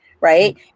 right